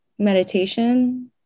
meditation